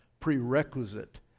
prerequisite